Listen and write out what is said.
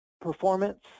performance